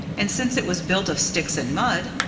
and since it was built of sticks and mud,